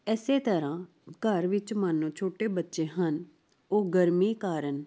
ਇਸੇ ਤਰ੍ਹਾਂ ਘਰ ਵਿੱਚ ਮਾਨੋ ਛੋਟੇ ਬੱਚੇ ਹਨ ਉਹ ਗਰਮੀ ਕਾਰਨ